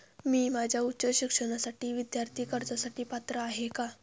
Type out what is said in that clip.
मी माझ्या उच्च शिक्षणासाठी विद्यार्थी कर्जासाठी पात्र आहे का?